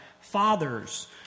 fathers